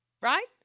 right